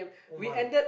oh my